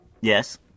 Yes